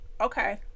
okay